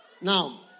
Now